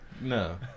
No